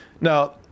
Now